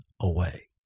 away